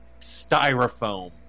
styrofoam